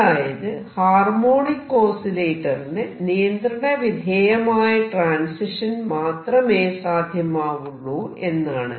അതായത് ഹാർമോണിക് ഓസിലേറ്ററിന് നിയന്ത്രണ വിധേയമായ ട്രാൻസിഷൻ മാത്രമേ സാധ്യമാവുള്ളൂ എന്നാണ്